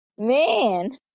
man